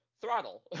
Throttle